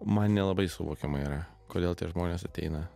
man nelabai suvokiama yra kodėl tie žmonės ateina